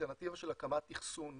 האלטרנטיבה של הקמת אחסון